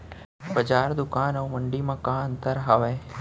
बजार, दुकान अऊ मंडी मा का अंतर हावे?